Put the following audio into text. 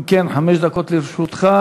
אם כן, חמש דקות לרשותך.